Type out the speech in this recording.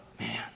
man